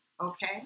Okay